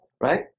right